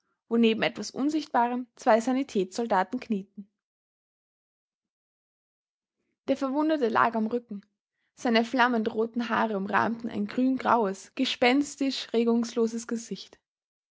wo neben etwas unsichtbarem zwei sanitätssoldaten knieten der verwundete lag am rücken seine flammend roten haare umrahmten ein grün graues gespenstisch regungsloses gesicht